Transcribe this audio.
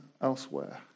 elsewhere